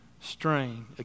strain